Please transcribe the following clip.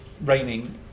raining